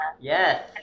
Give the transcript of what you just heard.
Yes